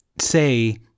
say